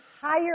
higher